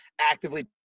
actively